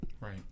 Right